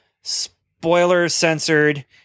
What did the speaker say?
spoiler-censored